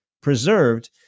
preserved